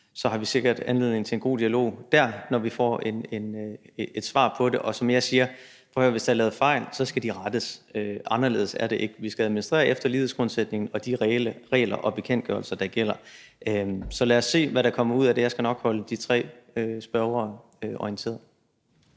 at vi sikkert har anledning til en god dialog, når vi får et svar på det. Og som jeg siger: Prøv at høre, hvis der er lavet fejl, skal de rettes. Anderledes er det ikke. Vi skal administrere efter lighedsgrundsætningen og de regler og bekendtgørelser, der gælder. Så lad os se, hvad der kommer ud af det. Jeg skal nok holde de tre spørgere orienteret.